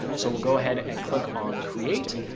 so we'll go ahead and click on create.